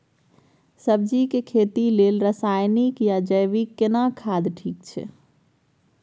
सब्जी के खेती लेल रसायनिक या जैविक केना खाद ठीक ये?